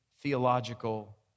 theological